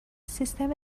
سیستم